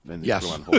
Yes